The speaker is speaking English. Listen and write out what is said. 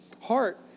heart